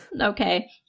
Okay